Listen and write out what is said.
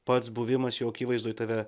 pats buvimas jo akivaizdoj tave